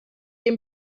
dem